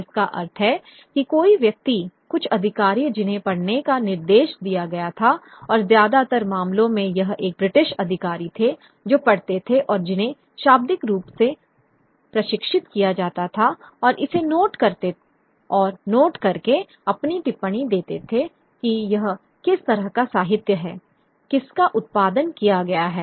जिसका अर्थ है कि कोई व्यक्ति कुछ अधिकारी जिन्हें पढ़ने का निर्देश दिया गया था और ज्यादातर मामलों में यह एक ब्रिटिश अधिकारी थे जो पढ़ते थे और जिन्हें शाब्दिक रूप से प्रशिक्षित किया जाता था और इसे नोट करते और नोट करके अपनी टिप्पणी देते थे कि यह किस तरह का साहित्य है जिसका उत्पादन किया गया है